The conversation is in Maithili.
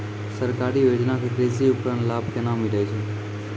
सरकारी योजना के कृषि उपकरण लाभ केना मिलै छै?